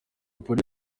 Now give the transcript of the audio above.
polly